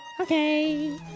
Okay